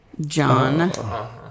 John